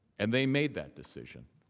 and they made that decision.